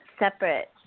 Separate